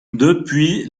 depuis